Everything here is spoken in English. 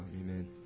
Amen